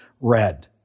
red